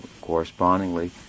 correspondingly